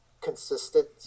consistent